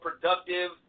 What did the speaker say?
productive